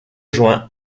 juin